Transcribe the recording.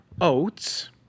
oats